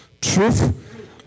Truth